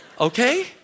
Okay